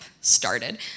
started